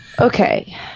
Okay